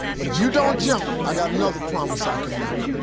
but if you don't jump, i got another promise i can make